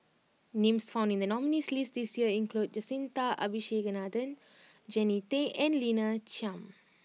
names found in the nominees' list this year include Jacintha Abisheganaden Jannie Tay and Lina Chiam